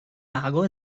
hago